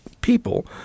people